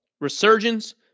resurgence